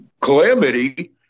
calamity